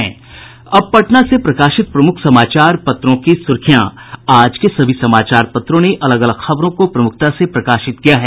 अब पटना से प्रकाशित प्रमुख समाचार पत्रों की सुर्खियां आज के सभी समाचार पत्रों ने अलग अलग खबरों को प्रमुखता से प्रकाशित किया है